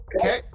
okay